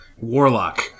warlock